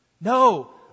No